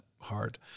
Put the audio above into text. hard